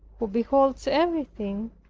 who beholds everything,